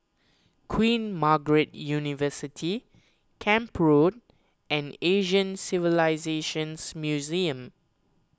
Queen Margaret University Camp Road and Asian Civilisations Museum